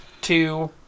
two